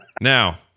Now